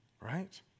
right